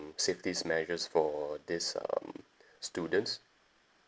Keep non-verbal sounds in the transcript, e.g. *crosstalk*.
safety measures for all this um *breath* students